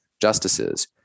justices